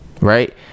Right